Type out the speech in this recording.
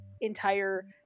entire